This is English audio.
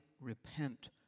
repent